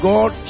God